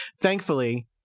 thankfully